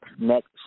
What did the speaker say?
next –